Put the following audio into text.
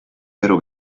vero